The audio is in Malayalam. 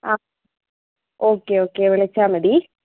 ആ ഓക്കെ ഓക്കെ വിളിച്ചാൽ മതി